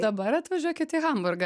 dabar atvažiuokit į hamburgą